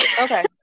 Okay